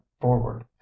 forward